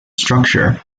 structure